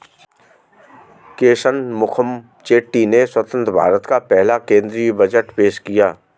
के शनमुखम चेट्टी ने स्वतंत्र भारत का पहला केंद्रीय बजट पेश किया